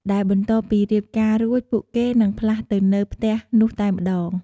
ដែលបន្ទាប់ពីរៀបការរួចពួកគេនិងផ្លាស់ទៅនៅផ្ទះនោះតែម្តង។